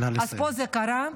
אז פה זה קרה.